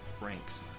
ranks